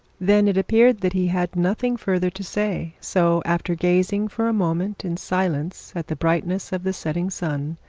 then it appeared that he had nothing further to say so after gazing for a moment in silence at the brightness of the setting sun,